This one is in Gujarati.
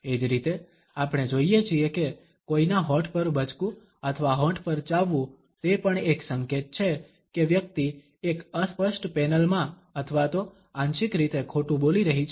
એ જ રીતે આપણે જોઇએ છીએ કે કોઈના હોઠ પર બચકું અથવા હોઠ પર ચાવવું તે પણ એક સંકેત છે કે વ્યક્તિ એક અસ્પષ્ટ પેનલ માં અથવા તો આંશિક રીતે ખોટું બોલી રહી છે